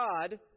God